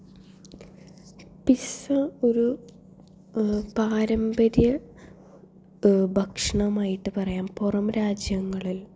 pizza ഒരു പാരമ്പര്യ ഭക്ഷണമായിട്ട് പറയാം പുറം രാജ്യങ്ങളിൽ